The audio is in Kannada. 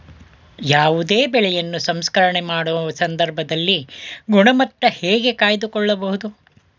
ಯಾವುದೇ ಬೆಳೆಯನ್ನು ಸಂಸ್ಕರಣೆ ಮಾಡುವ ಸಂದರ್ಭದಲ್ಲಿ ಗುಣಮಟ್ಟ ಹೇಗೆ ಕಾಯ್ದು ಕೊಳ್ಳಬಹುದು?